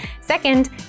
Second